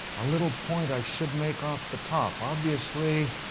a little point i should make off the top, obviously,